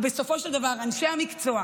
ובסופו של דבר אנשי המקצוע,